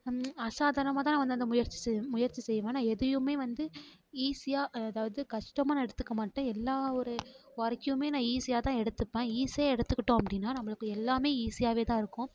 அசாதரணமாக தான் நான் வந்து அந்த முயற்சி முயற்சி செய்வேன் நான் எதையும் வந்து ஈஸியாக அதாவது கஷ்டமாக நான் எடுத்துக்க மாட்டேன் எல்லா ஒரு ஒர்க்கையுமே நான் ஈஸியாக தான் எடுத்துப்பேன் ஈஸியாக எடுத்துகிட்டோம் அப்படின்னா நம்மளுக்கு எல்லாம் ஈஸியாகவே தான் இருக்கும்